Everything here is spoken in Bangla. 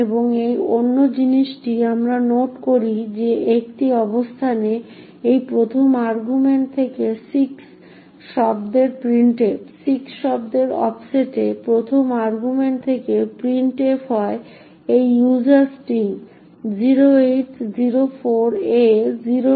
এবং অন্য জিনিসটি আমরা নোট করি যে একটি অবস্থানে এই প্রথম আর্গুমেন্ট থেকে 6 শব্দের প্রিন্টএফ 6 শব্দের অফসেটে প্রথম আর্গুমেন্ট থেকে printf হয় এই ইউজার স্ট্রিং 0804a028